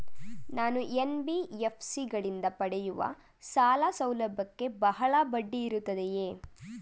ನಾನು ಎನ್.ಬಿ.ಎಫ್.ಸಿ ಗಳಿಂದ ಪಡೆಯುವ ಸಾಲ ಸೌಲಭ್ಯಕ್ಕೆ ಬಹಳ ಬಡ್ಡಿ ಇರುತ್ತದೆಯೇ?